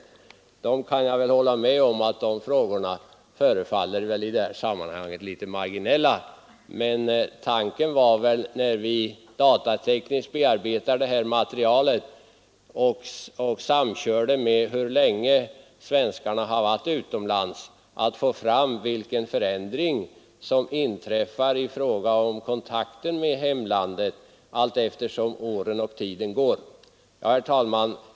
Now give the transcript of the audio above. Beträffande de sista frågorna kan jag väl hålla med om att de i detta sammanhang förefaller att vara litet marginella, men tanken var väl, när vi datatekniskt bearbetade detta material och samkörde det med informationen om hur länge svenskarna har varit bosatta utomlands, att få fram vilken förändring som inträffar i fråga om kontakten med hemlandet allteftersom åren går. Herr talman!